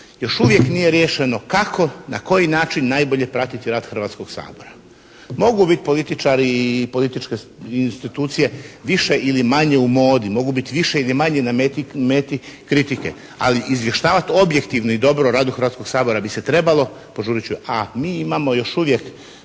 Još uvijek nije riješeno kako, na koji način najbolje pratiti rad Hrvatskog sabora. Mogu biti političari i političke institucije više ili manje u modi, mogu biti više ili manje na meti kritike, ali izvještavati objektivno i dobro o radu Hrvatskog sabora bi se trebalo, a mi imamo još uvijek